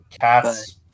cats